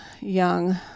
young